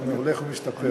אתה הולך ומשתפר.